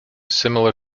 similar